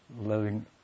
living